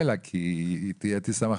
טיפה,